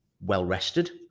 well-rested